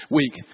week